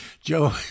Joe